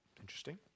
Interesting